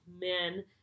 men